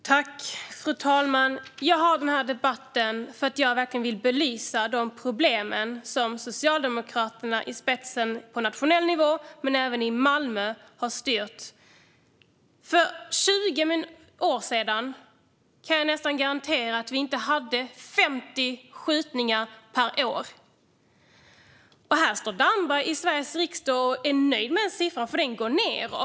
Fru talman! Jag har den här debatten för att jag verkligen vill belysa de problem som Socialdemokraterna på nationell nivå och även i Malmö har skapat. Jag kan nästan garantera att vi för 20 år sedan inte hade 50 skjutningar per år, men här står Damberg i Sveriges riksdag och är nöjd med den siffran, eftersom den går nedåt.